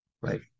right